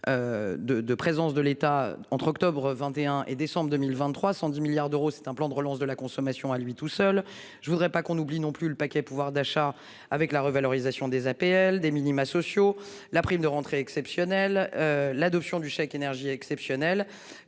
de présence de l'État entre octobre 21 et décembre 2023, 110 milliards d'euros. C'est un plan de relance de la consommation à lui tout seul, je voudrais pas qu'on oublie non plus le paquet pouvoir d'achat. Avec la revalorisation des APL des minima sociaux. La prime de rentrée exceptionnelle. L'adoption du chèque énergie exceptionnel.